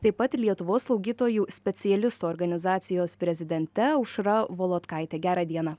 taip pat lietuvos slaugytojų specialistų organizacijos prezidente aušra volodkaite gerą dieną